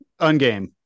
ungame